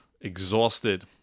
exhausted